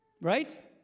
right